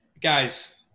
guys